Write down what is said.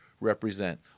represent